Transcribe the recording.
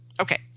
Okay